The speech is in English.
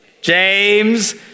James